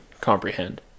comprehend